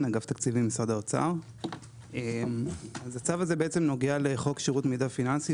הצו הזה נוגע לחוק שירות מידע פיננסי,